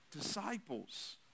disciples